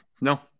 No